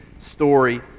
story